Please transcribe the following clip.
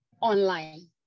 online